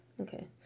Okay